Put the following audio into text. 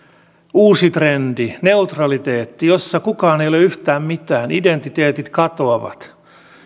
uusi trendi neutraliteetti jossa kukaan ei ole yhtään mitään identiteetit katoavat